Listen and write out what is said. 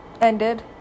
ended